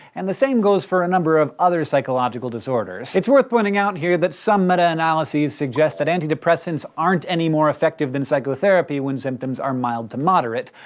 and the same goes for a number of other psychological disorders. it's worth pointing out here that some meta-analyses suggest that antidepressants aren't any more effective than psychotherapy when symptoms are mild to moderate.